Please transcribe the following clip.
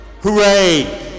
hooray